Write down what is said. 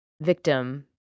victim